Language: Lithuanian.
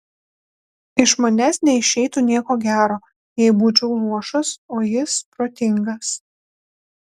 iš manęs neišeitų nieko gero jei būčiau luošas o jis protingas